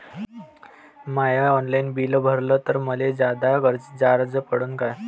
म्या online bill भरलं तर मले जादा चार्ज पडन का?